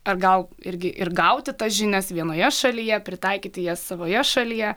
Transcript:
ar gal irgi ir gauti tas žinias vienoje šalyje pritaikyti jas savoje šalyje